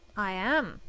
i am.